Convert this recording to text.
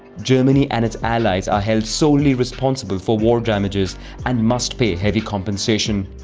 germany and its allies are held solely responsible for war damages and must pay heavy compensation.